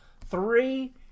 three